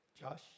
Josh